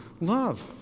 love